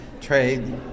trade